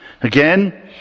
again